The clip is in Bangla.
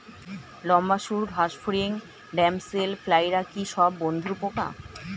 লম্বা সুড় ঘাসফড়িং ড্যামসেল ফ্লাইরা কি সব বন্ধুর পোকা?